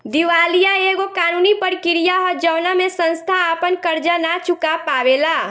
दिवालीया एगो कानूनी प्रक्रिया ह जवना में संस्था आपन कर्जा ना चूका पावेला